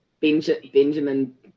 Benjamin